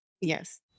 Yes